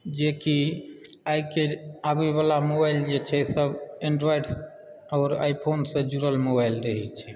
जेकि आइके आबयवला मोबाइल जे छै सभ एंड्रॉयड आओर आईफोनसँ जुड़ल मोबाइल रहैत छै